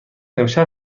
امشب